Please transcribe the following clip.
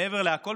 מעבר לכול,